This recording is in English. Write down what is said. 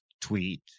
tweet